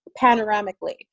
panoramically